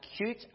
acute